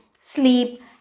sleep